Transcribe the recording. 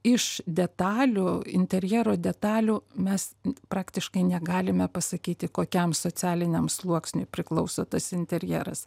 iš detalių interjero detalių mes praktiškai negalime pasakyti kokiam socialiniam sluoksniui priklauso tas interjeras